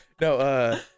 no